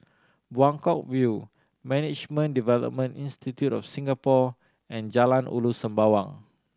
Buangkok View Management Development Institute of Singapore and Jalan Ulu Sembawang